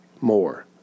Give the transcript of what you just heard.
more